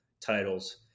titles